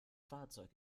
fahrzeug